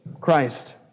Christ